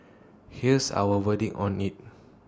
here's our verdict on IT